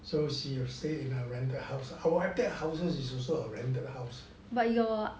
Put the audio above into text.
so she will stay in her rented house our attap houses is also a rented house